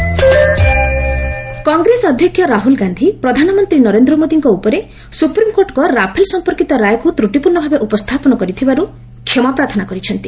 SC Rahul Rafale Congress ଅଧ୍ୟକ୍ଷ ରାହୁଲ୍ ଗାନ୍ଧି ପ୍ରଧାନମନ୍ତ୍ରୀ ନରେନ୍ଦ୍ର ମୋଦିଙ୍କ ଉପରେ ସୁପ୍ରିମ୍କୋର୍ଟଙ୍କ ରାଫେଲ୍ ସମ୍ପର୍କିତ ରାୟକୁ ତ୍ରୁଟିପୂର୍ଣ୍ଣ ଭାବେ ଉପସ୍ଥାପନ କରିଥିବାରୁ କ୍ଷମାପ୍ରାର୍ଥନା କରିଛନ୍ତି